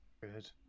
Good